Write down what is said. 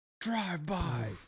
Drive-by